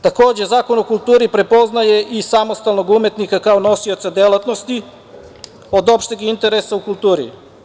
Takođe, Zakon o kulturi prepoznaje i samostalnog umetnika kao nosioca delatnosti od opšteg interesa u kulturi.